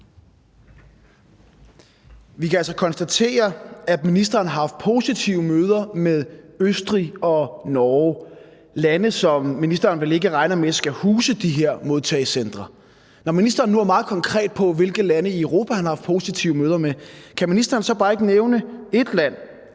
Vi kan altså konstatere, at ministeren har haft positive møder med Østrig og Norge – lande, som ministeren vel ikke regner med skal huse de her modtagecentre. Når ministeren nu er meget konkret, i forhold til hvilke lande i Europa han har haft positive møder med, kan ministeren så ikke nævne bare ét land